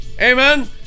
Amen